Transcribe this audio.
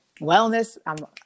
wellness